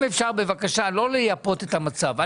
אם אפשר בבקשה לא לייפות את המצב.